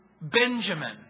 Benjamin